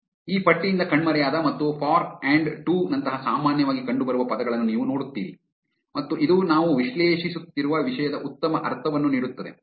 ಆದ್ದರಿಂದ ಈ ಪಟ್ಟಿಯಿಂದ ಕಣ್ಮರೆಯಾದ ಮತ್ತು ಫಾರ್ ಅಂಡ್ ಟು ನಂತಹ ಸಾಮಾನ್ಯವಾಗಿ ಕಂಡುಬರುವ ಪದಗಳನ್ನು ನೀವು ನೋಡುತ್ತೀರಿ ಮತ್ತು ಇದು ನಾವು ವಿಶ್ಲೇಷಿಸುತ್ತಿರುವ ವಿಷಯದ ಉತ್ತಮ ಅರ್ಥವನ್ನು ನೀಡುತ್ತದೆ